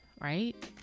right